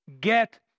get